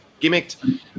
gimmicked